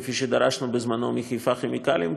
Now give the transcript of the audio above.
כפי שדרשנו בזמנו מחיפה כימיקלים,